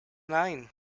nine